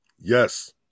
Yes